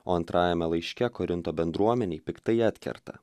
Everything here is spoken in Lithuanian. o antrajame laiške korinto bendruomenei piktai atkerta